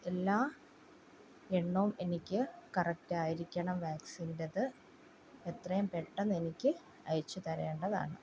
എല്ലാ എണ്ണവും എനിക്ക് കറക്റ്റായിരിക്കണം വാക്സിൻൻ്റെത് എത്രയും പെട്ടന്നെനിക്ക് അയച്ചുതരേണ്ടതാണ്